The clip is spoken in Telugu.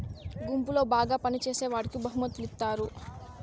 గుంపులో బాగా పని చేసేవాడికి బహుమతులు ఇత్తారు